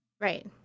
Right